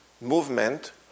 movement